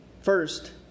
First